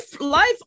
life